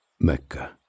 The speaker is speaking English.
Mecca